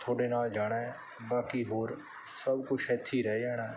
ਤੁਹਾਡੇ ਨਾਲ ਜਾਣਾ ਹੈ ਬਾਕੀ ਹੋਰ ਸਭ ਕੁਝ ਇੱਥੇ ਰਹਿ ਜਾਣਾ